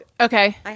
Okay